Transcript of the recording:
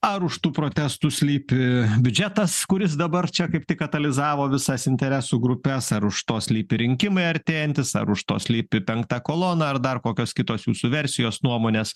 ar už tų protestų slypi biudžetas kuris dabar čia kaip tik katalizavo visas interesų grupes ar už to slypi rinkimai artėjantys ar už to slypi penkta kolona ar dar kokios kitos jūsų versijos nuomonės